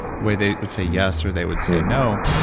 the way they would say yes or they would say no,